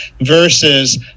versus